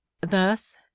thus